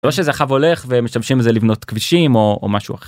זה לא שזה עכשיו הולך ומשתמשים לבנות כבישים או משהו אחר.